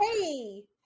hey